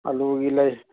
ꯑꯥꯂꯨꯒꯤ ꯂꯩ